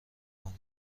کنی